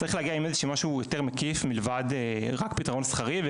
צריך להגיע עם איזשהו משהו יותר מקיף מלבד רק פתרון שכרי.